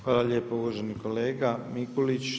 Hvala lijepo uvaženi kolega Mikulić.